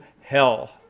hell